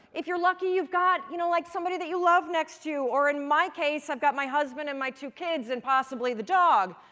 if you're lucky, you've got you know like somebody that you love next to you, or in my case, i've got my husband and my two kids and possibly the dog.